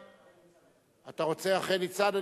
אתה רוצה אחרי ניצן?